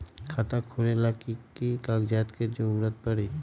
खाता खोले ला कि कि कागजात के जरूरत परी?